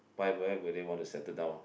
but why would they want to settle down